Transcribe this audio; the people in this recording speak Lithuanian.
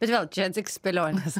bet vėl čia tik spėlionės